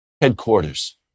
headquarters